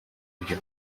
byo